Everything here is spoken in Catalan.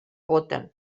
voten